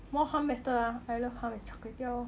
more hum better ah I love hum in char kway teow